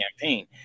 campaign